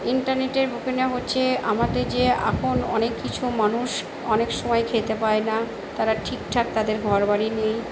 ইন্টারনেটের হচ্ছে আমাদের যে এখন অনেক কিছু মানুষ অনেক সময় খেতে পায় না তারা ঠিকঠাক তাদের ঘর বাড়ি নেই